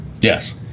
Yes